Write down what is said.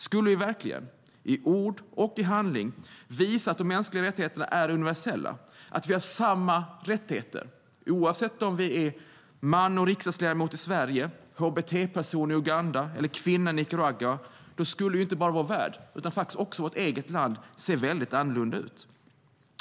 Skulle vi verkligen, i ord och handling, visa att de mänskliga rättigheterna är universella - att man har samma rättigheter oavsett om man är manlig riksdagsledamot i Sverige, hbt-person i Uganda eller kvinna i Nicaragua - då skulle inte bara vår värld utan också vårt eget land se väldigt annorlunda ut.